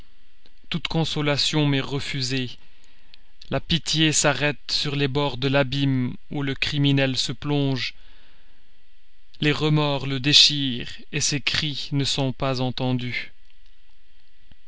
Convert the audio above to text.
toute consolation m'est refusée la pitié s'arrête sur les bords de l'abîme où le criminel se plonge les remords le déchirent ses cris ne sont pas entendus